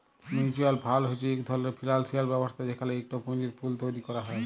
mutual fund হছে ইক ধরলের ফিল্যালসিয়াল ব্যবস্থা যেখালে ইকট পুঁজির পুল তৈরি ক্যরা হ্যয়